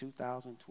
2012